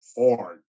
hard